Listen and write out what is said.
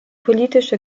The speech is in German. politische